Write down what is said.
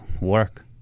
work